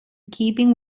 keeping